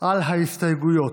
על ההסתייגויות.